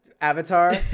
Avatar